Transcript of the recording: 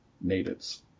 natives